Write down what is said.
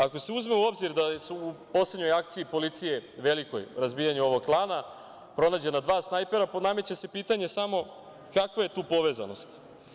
Ako se uzme u obzir da su u poslednjoj velikoj akciji policije razbijanja ovog klana pronađena dva snajpera, nameće se pitanje kakva je tu povezanost?